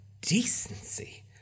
decency